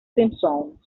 simpsons